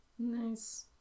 Nice